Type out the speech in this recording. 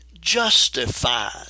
justified